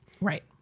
right